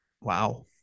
Wow